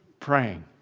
praying